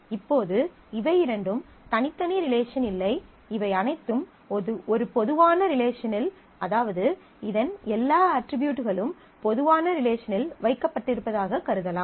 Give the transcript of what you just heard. இப்போது இவை இரண்டும் தனித்தனி ரிலேசன் இல்லை இவை அனைத்தும் ஒரு பொதுவான ரிலேசனில் அதாவது இதன் எல்லா அட்ரிபியூட்களும் பொதுவான ரிலேசனில் வைக்கப்பட்டிருப்பதாக கருதலாம்